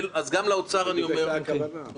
זאת הייתה הכוונה, למסמס את זה.